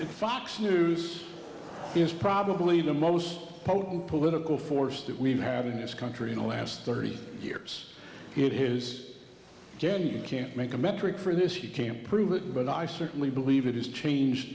the fox news is probably the most potent political force that we've had in this country in the last thirty years it is jan you can't make a metric for this you can't prove it but i certainly believe it has changed